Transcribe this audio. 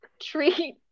Treat